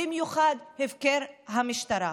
במיוחד הפקרה של המשטרה.